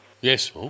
Yes